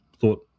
thought